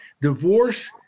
Divorce